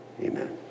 amen